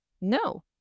No